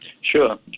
Sure